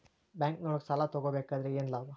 ಬ್ಯಾಂಕ್ನೊಳಗ್ ಸಾಲ ತಗೊಬೇಕಾದ್ರೆ ಏನ್ ಲಾಭ?